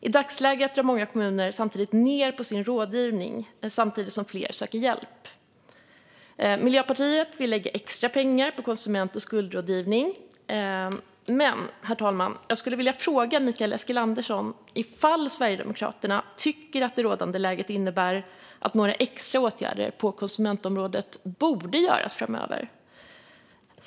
I dagsläget drar många kommuner samtidigt ned på sin rådgivning, samtidigt som fler söker hjälp. Miljöpartiet vill lägga extra pengar på konsument och skuldrådgivning. Men, herr talman, jag skulle vilja fråga Mikael Eskilandersson: Tycker Sverigedemokraterna att det rådande läget innebär att extra åtgärder på konsumentområdet borde göras framöver?